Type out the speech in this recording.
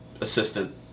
assistant